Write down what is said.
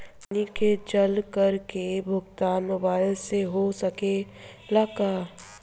पानी के जल कर के भुगतान मोबाइल से हो सकेला का?